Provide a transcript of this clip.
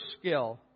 skill